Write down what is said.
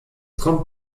kommt